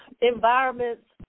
environments